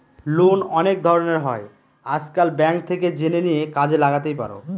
loan অনেক ধরনের হয় আজকাল, ব্যাঙ্ক থেকে জেনে নিয়ে কাজে লাগাতেই পারো